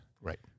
Right